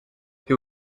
who